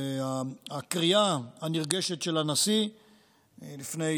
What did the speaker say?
הקריאה הנרגשת של הנשיא לפני,